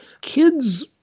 kids